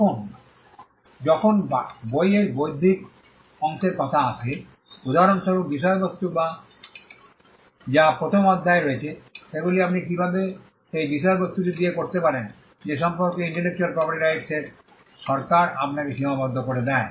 তবে যখন বইয়ের বৌদ্ধিক অংশের কথা আসে উদাহরণস্বরূপ বিষয়বস্তু যা প্রথম অধ্যায়ে রয়েছে সেগুলি আপনি কীভাবে সেই বিষয়বস্তুটি দিয়ে করতে পারেন সে সম্পর্কে ইন্টেলেকচুয়াল প্রপার্টি রাইটস সরকার আপনাকে সীমাবদ্ধ করে দেয়